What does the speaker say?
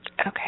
Okay